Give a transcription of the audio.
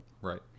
Right